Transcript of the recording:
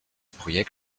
projekt